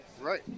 Right